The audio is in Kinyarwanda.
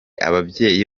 ababyeyi